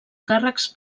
càrrecs